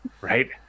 right